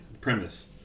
premise